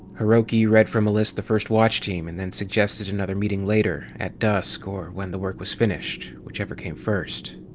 hiroki read from a list the first watch team and then suggested another meeting later, at dusk or when the work was finished, whichever came first.